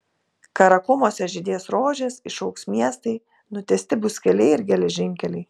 karakumuose žydės rožės išaugs miestai nutiesti bus keliai ir geležinkeliai